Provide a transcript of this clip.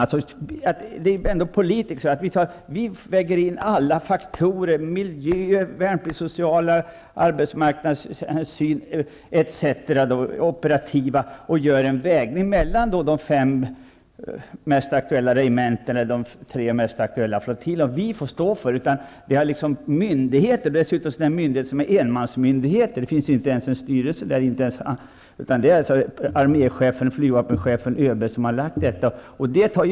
Det är inte politikerna som säger att man skall väga in alla faktorer -- miljö, värnpliktssociala faktorer, arbetsmarknadshänsyn, operativa faktorer etc. -- och göra en vägning mellan de fem mest aktuella regementena och de tre mest aktuella flottiljerna och får stå för det. Det är i stället myndigheter som gör detta, och dessutom är det enmansmyndigheter där det inte ens finns en styrelse, utan det är arméchefen, flygvapenchefen och ÖB som har lagt fram detta.